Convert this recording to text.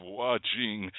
watching